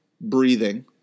Breathing